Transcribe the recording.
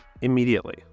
immediately